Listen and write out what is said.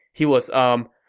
he was, umm,